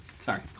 Sorry